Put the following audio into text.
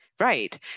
right